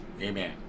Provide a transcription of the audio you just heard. Amen